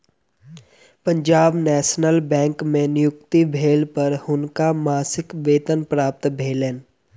Punjab national bank में नियुक्ति भेला पर हुनका मासिक वेतन प्राप्त भेलैन